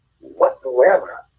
whatsoever